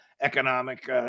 economic